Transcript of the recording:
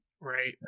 Right